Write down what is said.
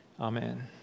Amen